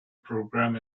program